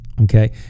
okay